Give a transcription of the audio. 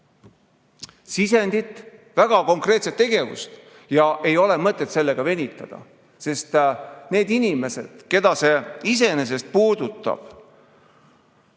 sisendit, väga konkreetset tegevust. Ei ole mõtet sellega venitada, sest nende inimeste jaoks, keda see iseenesest puudutab,